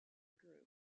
group